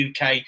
UK